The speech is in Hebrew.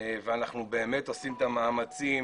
ואנחנו באמת עושים את המאמצים